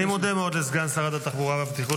אני מודה מאוד לסגן שרת התחבורה והבטיחות